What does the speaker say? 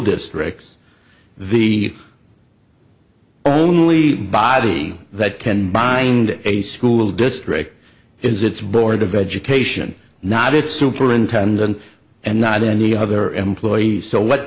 districts the only body that can bind a school district is its board of education not its superintendent and not any other employee so what